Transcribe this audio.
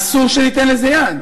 אסור שניתן לזה יד.